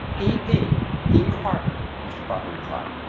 e p eve parker, mr. parker replied.